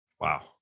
Wow